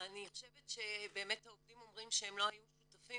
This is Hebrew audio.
אני חושבת שבאמת העובדים אמרו שהם לא היו שותפים